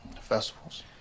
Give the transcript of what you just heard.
Festivals